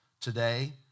Today